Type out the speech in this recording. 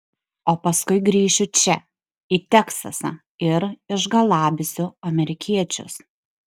o paskui grįšiu čia į teksasą ir išgalabysiu amerikiečius